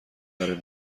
برای